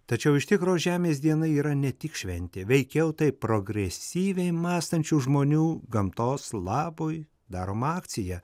tačiau iš tikro žemės diena yra ne tik šventė veikiau tai progresyviai mąstančių žmonių gamtos labui darom akcija